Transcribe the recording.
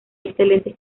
excelentes